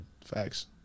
facts